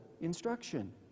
instruction